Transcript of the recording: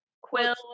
quill